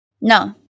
No